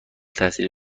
تحصیلی